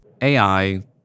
AI